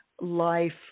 life